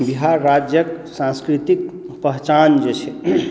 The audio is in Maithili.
बिहार राज्यके सान्स्कृतिक पहिचान जे छै